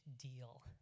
deal